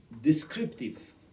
descriptive